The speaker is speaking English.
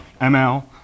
ML